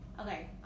Okay